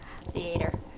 Theater